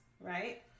right